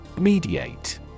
Mediate